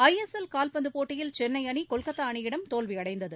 ISL காவ்பந்து போட்டியில் சென்னை அணி கொல்கத்தா அணியிடம் தோல்வியடைந்தது